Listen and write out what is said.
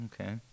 Okay